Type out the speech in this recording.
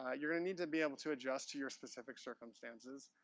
ah you're gonna need to be able to adjust to your specific circumstances.